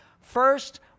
First